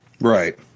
Right